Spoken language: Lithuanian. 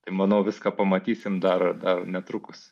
tai manau viską pamatysim dar dar netrukus